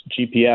GPS